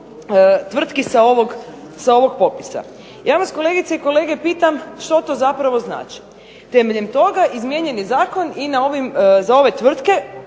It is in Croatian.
tvrtki sa ovog popisa. Ja vas kolegice i kolege pitam što to zapravo znači? Temeljem toga izmijenjen je zakon i za ove tvrtke